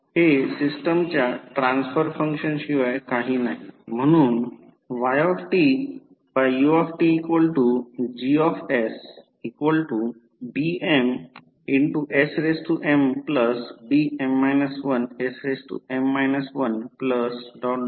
हे सिस्टमच्या transfer function शिवाय काही नाही म्हणून ytutGsbmsmbm 1sm 1b1sb0snan 1sn 1